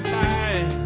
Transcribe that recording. time